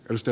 risto